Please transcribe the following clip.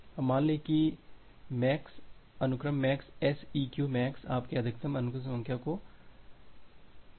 अब मान लें कि MAX अनुक्रम MAX SEQ MAX आपके अधिकतम अनुक्रम संख्या को अनुक्रमित करता है